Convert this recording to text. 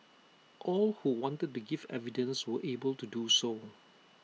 all who wanted to give evidence were able to do so